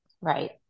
Right